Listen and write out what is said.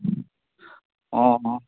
অ